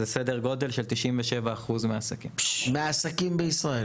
זה סדר גודל של 97% מהעסקים בישראל.